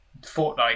Fortnite